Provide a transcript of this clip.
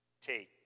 Take